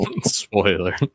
Spoiler